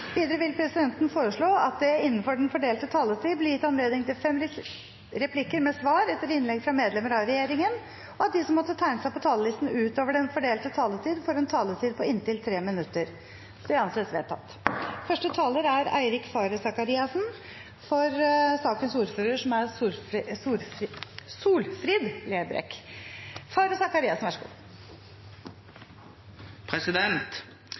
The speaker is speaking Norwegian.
Videre vil presidenten foreslå at det – innenfor den fordelte taletid – blir gitt anledning til fem replikker med svar etter innlegg fra medlemmer av regjeringen, og at de som måtte tegne seg på talerlisten utover den fordelte taletid, får en taletid på inntil 3 minutter. – Det anses vedtatt. La meg innledningsvis få takke komiteen for samarbeidet. Jeg vil også benytte anledningen til å takke alle dem som har bidratt med innspill til komiteen. Komiteen er